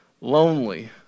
lonely